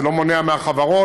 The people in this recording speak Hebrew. זה לא מונע מהחברות,